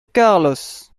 carlos